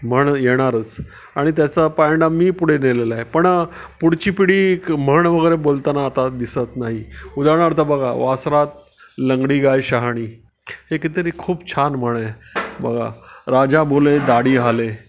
म्हण येणारच आणि त्याचा पाळणा मी पुढे नेलेला आहे पण पुढची पिढी एक म्हण वगैरे बोलताना आता दिसत नाही उदारणार्थ बघा वासरात लंगडी गाय शहाणी हे कितीतरी खूप छान म्हण आहे बघा राजा बोले दाढी हाले